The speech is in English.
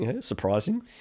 surprising